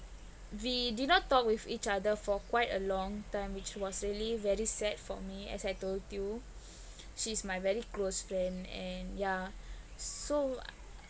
we did not talk with each other for quite a long time which was really very sad for me as I told you she's my very close friend and yeah so